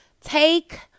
Take